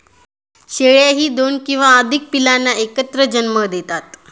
शेळ्याही दोन किंवा अधिक पिल्लांना एकत्र जन्म देतात